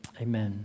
amen